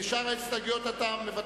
ועל שאר ההסתייגויות מוותרים.